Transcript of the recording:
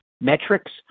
metrics